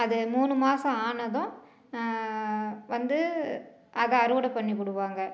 அது மூணு மாதம் ஆனதும் வந்து அத அறுவடை பண்ணிப்புடுவாங்க